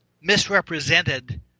misrepresented